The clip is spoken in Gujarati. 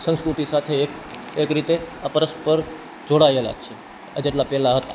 સંસ્કૃતિ સાથે એક એક રીતે આ પરસ્પર જોડાયેલા જ છે જેટલા પહેલાં હતા